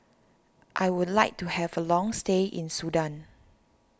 I would like to have a long stay in Sudan